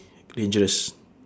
dangerous